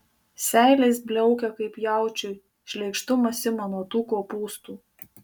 seilės bliaukia kaip jaučiui šleikštumas ima nuo tų kopūstų